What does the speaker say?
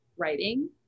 writing